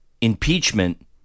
impeachment